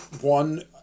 one